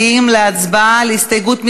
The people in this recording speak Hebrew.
יחיאל חיליק בר,